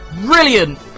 brilliant